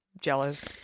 jealous